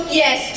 yes